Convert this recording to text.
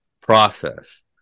process